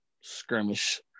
skirmish